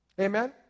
Amen